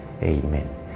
Amen